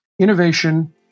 innovation